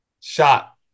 Shot